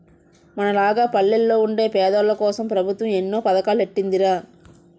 మనలాగ పల్లెల్లో వుండే పేదోల్లకోసం పెబుత్వం ఎన్నో పదకాలెట్టీందిరా